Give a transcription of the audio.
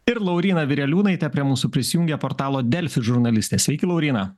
ir lauryna vireliūnaite prie mūsų prisijungė portalo delfi žurnalistė sveiki lauryna